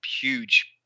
huge